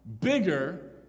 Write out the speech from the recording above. bigger